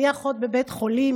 אני אחות בבית חולים,